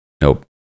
Nope